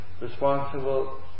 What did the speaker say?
responsible